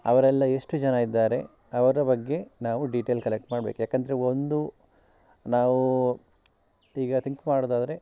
ಅವರೆಲ್ಲ ಎಷ್ಟು ಜನ ಇದ್ದಾರೆ ಅವರ ಬಗ್ಗೆ ನಾವು ಡೀಟೇಲ್ ಕಲೆಕ್ಟ್ ಮಾಡ್ಬೇಕು ಯಾಕೆಂದ್ರೆ ಒಂದು ನಾವು ಈಗ ಥಿಂಕ್ ಮಾಡೋದಾದ್ರೆ